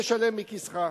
תשלם מכיסך.